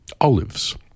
Olives